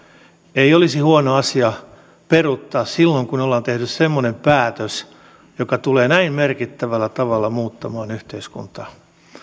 ei olisi huono asia peruuttaa silloin kun ollaan tehty semmoinen päätös joka tulee näin merkittävällä tavalla muuttaman yhteiskuntaa